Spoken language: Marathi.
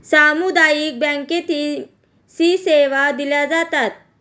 सामुदायिक बँकेतही सी सेवा दिल्या जातात